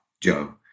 Joe